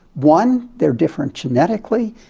one, they're different genetically,